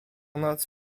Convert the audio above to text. noc